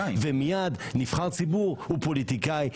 ונבחר ציבור הוא פוליטיקאי,